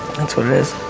that's what it is.